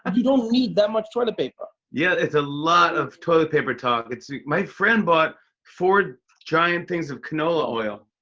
and you don't need that much toilet paper. yeah, it's a lot of toilet paper talk. my friend bought four giant things of canola oil,